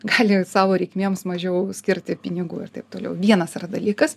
gali savo reikmėms mažiau skirti pinigų ir taip toliau vienas yra dalykas